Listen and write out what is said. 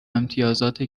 امتیازات